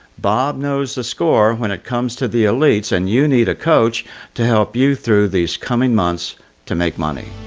bob knows the score, when it comes to the elites and you need a coach to help you through these coming months to make money.